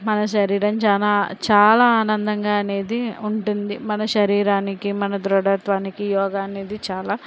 మన శరీరం చాలా చాలా ఆనందంగా అనేది ఉంటుంది మన శరీరానికి మన దృఢత్వానికి యోగా అనేది చాలా